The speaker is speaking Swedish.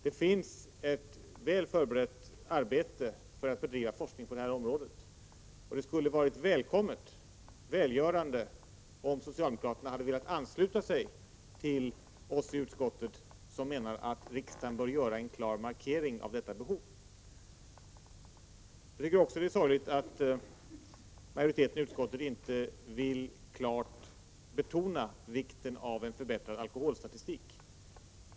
Det finns ett väl förberett arbete för att bedriva forskning på detta område, och det skulle vara välkommet och välgörande om socialdemokraterna hade velat ansluta sig till oss i utskottet som menar att riksdagen bör göra en klar markering av detta behov. Jag tycker också det är sorgligt att majoriteten i utskottet inte vill klart betona att en förbättrad alkoholstatistik behövs.